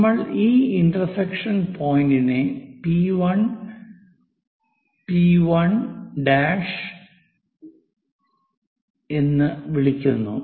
നമ്മൾ ആ ഇന്റർസെക്ഷൻ പോയിന്റിനെ പി 1 പി 1 പി 1' പി 1' എന്ന് വിളിക്കുന്നു